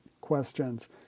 questions